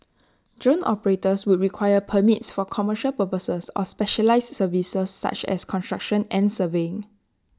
drone operators would require permits for commercial purposes or specialised services such as construction and surveying